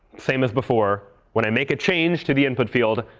same as before when i make a change to the input field,